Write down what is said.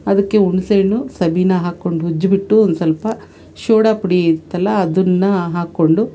ಅದಕ್ಕೆ ಹುಣ್ಸೆಹಣ್ಣು ಸಬೀನ ಹಾಕ್ಕೊಂಡು ಉಜ್ಬಿಟ್ಟು ಒಂದು ಸ್ವಲ್ಪ ಶೋಡಾ ಪುಡಿ ಇತ್ತಲ್ಲ ಅದನ್ನ ಹಾಕ್ಕೊಂಡು